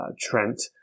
Trent